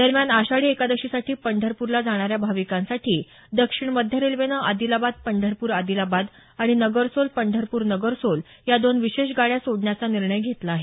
दरम्यान आषाढी एकादशीसाठी पंढरपूरला जाणाऱ्या भाविकांसाठी दक्षिण मध्य रेल्वेनं आदिलाबाद पंढरपूर आदिलाबाद आणि नगरसोल पंढरपूर नगरसोल या दोन विशेष गाड्या सोडण्याचा निर्णय घेतला आहे